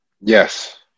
Yes